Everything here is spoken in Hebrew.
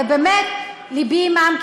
ובאמת ליבי עימם,